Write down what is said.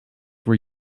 were